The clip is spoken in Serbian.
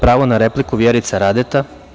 Pravo na repliku Vjerica Radeta.